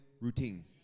routine